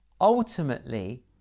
ultimately